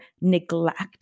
neglect